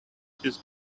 this